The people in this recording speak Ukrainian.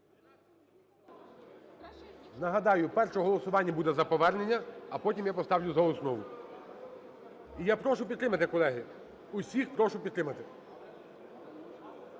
Нагадаю, перше голосування буде за повернення, а потім я поставлю за основу. І я прошу підтримати, колеги, всіх прошу підтримати.